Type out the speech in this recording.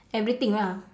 everything lah